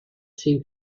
seemed